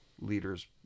leaders